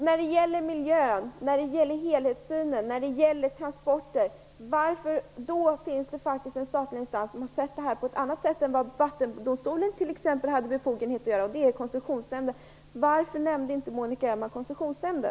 När det gäller miljö, helhetssyn och transporter finns det faktiskt en statlig instans som har sett på projektet på ett annat sätt än vad t.ex. Vattendomstolen hade befogenhet att göra, och det är Koncessionsnämnden. Varför nämnde inte Monica Öhmnan Koncessionsnämnden?